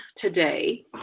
today